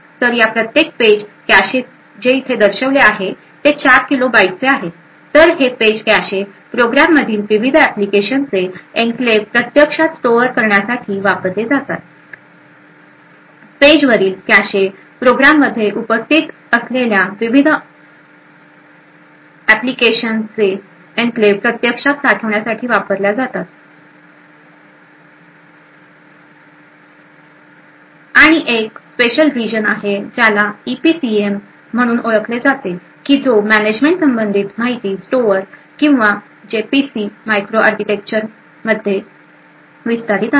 तर या प्रत्येक पेज कॅशे जे येथे दर्शविले गेले आहे ते 4 किलो बाइटचे आहे तर हे पेज कॅशे प्रोग्राम मधील विविध एप्लिकेशन चे एनक्लेव्ह प्रत्यक्षात स्टोअर करण्यासाठी वापरले जातात आणि एक स्पेशल रीजन आहे ज्याला ईपीसीएम म्हणून ओळखले जाते की जो मॅनेजमेंट संबंधित माहिती स्टोअर करेल किंवा जे ईपीसी मायक्रो आर्किटेक्चरमध्ये विस्तारित आहे